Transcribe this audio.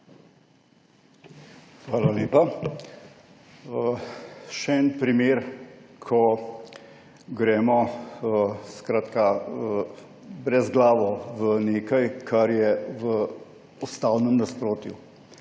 Hvala lepa. Še en primer, ko gremo brezglavo v nekaj, kar je v ustavnem nasprotju.